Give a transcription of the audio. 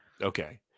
Okay